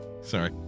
Sorry